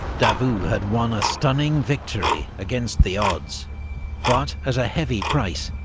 davout had won a stunning victory against the odds but at a heavy price.